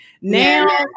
Now